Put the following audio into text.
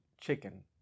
chicken